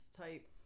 type